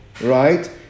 right